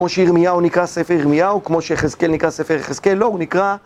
כמו שירמיהו נקרא ספר ירמיהו, כמו שיחזקאל נקרא ספר יחזקאל, לא, הוא נקרא...